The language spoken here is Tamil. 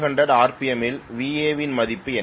400 rpm இல் Va இன் மதிப்பு என்ன